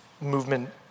movement